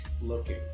looking